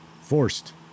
forced